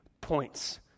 points